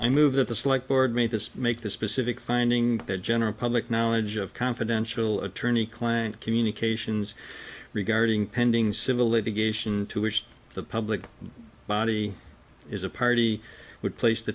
i move that this like board made this make this specific finding the general public knowledge of confidential attorney client communications regarding pending civil litigation to which the public body is a party would place the